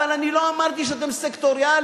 אבל אני לא אמרתי שאתם סקטוריאליים.